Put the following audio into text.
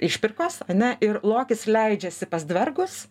išpirkos ane ir lokis leidžiasi pas dvergus